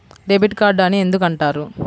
Debit card అని ఎందుకు అంటారు?